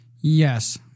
Yes